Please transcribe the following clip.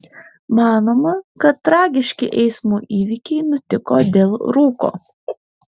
manoma kad tragiški eismo įvykiai nutiko dėl rūko